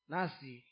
Nasi